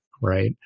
right